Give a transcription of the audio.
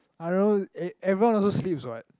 I don't know eve~ everyone also sleeps what